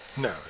No